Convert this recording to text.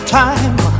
time